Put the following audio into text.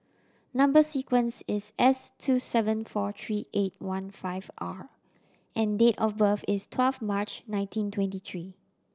number sequence is S two seven four three eight one five R and date of birth is twelve March nineteen twenty three